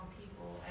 people